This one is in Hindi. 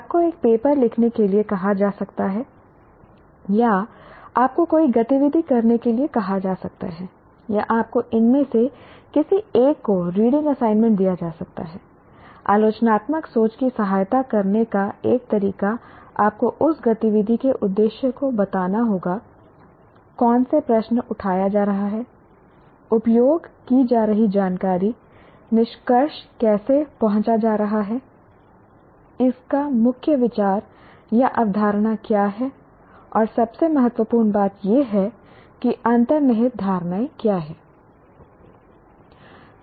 आपको एक पेपर लिखने के लिए कहा जा सकता है या आपको कोई गतिविधि करने के लिए कहा जा सकता है या आपको इनमें से किसी एक को रीडिंग असाइनमेंट दिया जा सकता है आलोचनात्मक सोच की सहायता करने का एक तरीका आपको उस गतिविधि के उद्देश्य को बताना होगा कौन से प्रश्न उठाया जा रहा है उपयोग की जा रही जानकारी निष्कर्ष कैसे पहुंचा जा रहा है इसका मुख्य विचार या अवधारणा क्या है और सबसे महत्वपूर्ण बात यह है कि अंतर्निहित धारणाएं क्या हैं